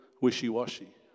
wishy-washy